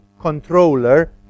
controller